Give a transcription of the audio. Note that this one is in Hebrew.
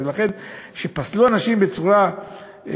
אבל לכן כאשר פסלו אנשים בצורה אוטומטית,